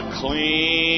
clean